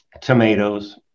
tomatoes